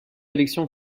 élection